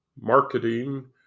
marketing